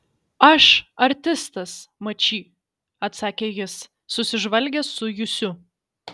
aš artistas mačy atsakė jis susižvalgęs su jusiu